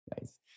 Nice